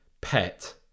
pet